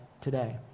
today